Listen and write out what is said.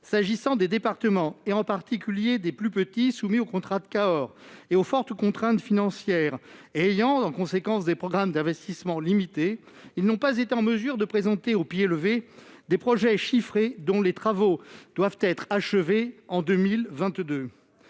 Quant aux départements, en particulier les plus petits, soumis aux contrats de Cahors et à de fortes contraintes financières et qui ont en conséquence des programmes d'investissement limités, ils n'ont pas été en mesure de présenter au pied levé des projets chiffrés dont les travaux doivent être achevés en 2022.